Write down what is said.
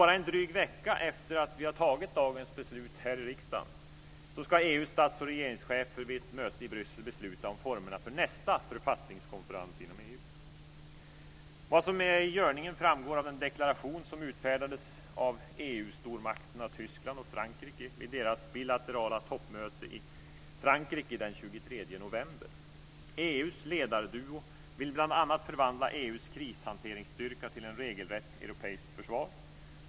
Bara en dryg vecka efter att vi har fattat dagens beslut här i riksdagen ska EU:s stats och regeringschefer vid ett möte i Bryssel besluta om formerna för nästa författningskonferens inom EU. Vad som är i görningen framgår av en deklaration som utfärdades av EU-stormakterna Tyskland och Frankrike vid deras bilaterala toppmöte i Frankrike den 23 november. EU:s ledarduo vill bl.a. förvandla EU:s krishanteringsstyrka till ett regelrätt europeiskt försvar.